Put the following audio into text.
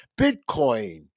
Bitcoin